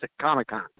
Comic-Con